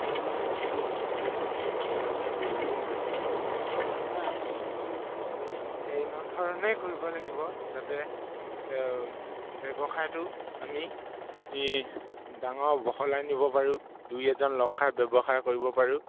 সেয়েহে আমি সেইধৰণে ব্যৱসায় কৰিব লাগিব ব্যৱসায় আমি এনেধৰণে কৰিব লাগিব যাতে ব্যৱসায়টো আমি ডাঙৰ বহলাই নিব পাৰোঁ দুই এজন লগখাই ব্যৱসায় কৰিব পাৰোঁ